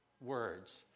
words